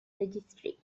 registry